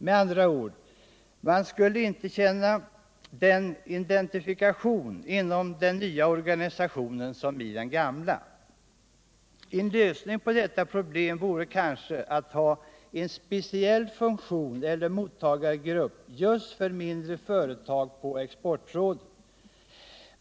Med andra ord, man skulle inte känna samma identifikation inom den nya organisationen som i den gamla. En lösning på detta problem vore kanske att ha en speciell funktion eller mottagargrupp just för mindre företag på exportområdet.